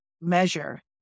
measure